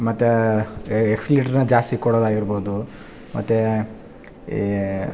ಮತ್ತು ಎಕ್ಸ್ಲೀಟ್ರ್ನ ಜಾಸ್ತಿ ಕೊಡದಾಗಿರ್ಬೊದು ಮತ್ತು ಏ